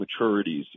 maturities